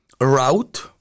route